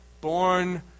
born